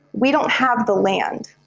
we don't have the land.